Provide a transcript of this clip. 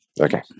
Okay